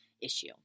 issue